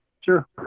Sure